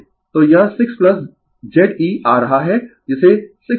तो यह 6 Ze आ रहा है जिसे 6 j 8 Ω कहते है